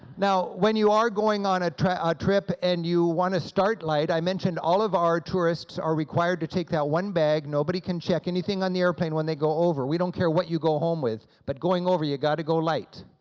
now, when you are going on a trip and you want to start light, i mentioned all of our tourists are required to take that one bag, nobody can check anything on the airplane when they go over. we don't care what you go home with, but going over you got to go light.